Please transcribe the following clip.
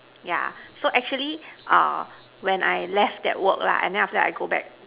yeah so actually err when I left that work lah and then I go back